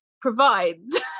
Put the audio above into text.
provides